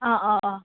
ꯑꯥ ꯑꯥ ꯑꯥ